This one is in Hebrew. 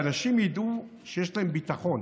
שאנשים ידעו שיש להם ביטחון,